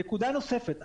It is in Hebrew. נקודה נוספת.